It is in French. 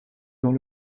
dans